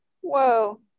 Whoa